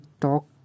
talk